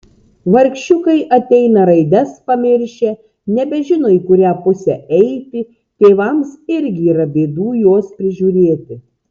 vargšiukai ateina raides pamiršę nebežino į kurią pusę eiti tėvams irgi yra bėdų juos prižiūrėti